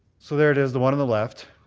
so there it is, the one on the left.